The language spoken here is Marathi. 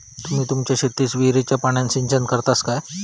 तुम्ही तुमच्या शेतीक विहिरीच्या पाण्यान सिंचन करतास काय?